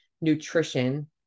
nutrition